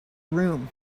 room